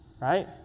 right